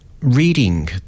reading